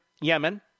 Yemen